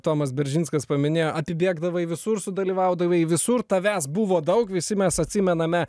tomas beržinskas paminėjo apibėgdavai visur dalyvaudavai visur tavęs buvo daug visi mes atsimename